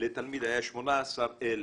לתלמיד היה 18,600